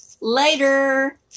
Later